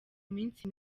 minsi